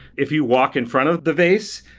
if you walk in front of the vase,